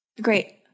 Great